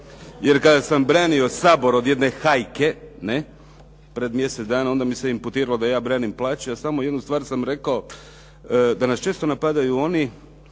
jer kada sam branio Sabor od jedne hajke, ne, pred mjesec dana onda mi se imputiralo da ja branim plaće, a samo jednu stvar sam rekao, da nas često napadaju oni